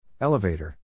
Elevator